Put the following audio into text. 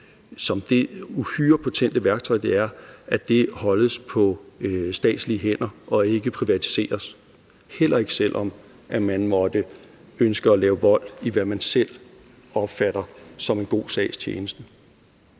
som det uhyre potente værktøj, det er, holdes på statslige hænder og ikke privatiseres, heller ikke selv om man måtte ønske at begå vold i, hvad man selv opfatter som en god sags tjeneste.